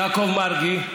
יעקב מרגי,